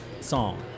song